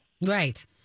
Right